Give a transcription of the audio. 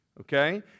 Okay